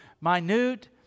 minute